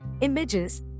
images